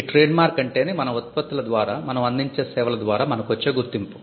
ఈ ట్రేడ్మార్క్ అంటేనే మన ఉత్పత్తుల ద్వారా మనం అందించే సేవల ద్వారా మనకొచ్చే గుర్తింపు